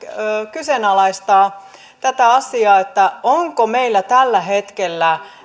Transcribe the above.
kyseenalaistaa tätä asiaa onko meillä tällä hetkellä